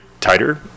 tighter